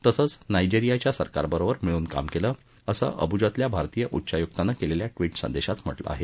तसंच नायजेरीयाच्या सरकारबरोबर मिळून काम केलं असं अबूजातल्या भारतीय उच्चायुक्तानं केलेल्या ट्वीट संदेशात म्हटलं आहे